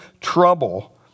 trouble